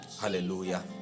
Hallelujah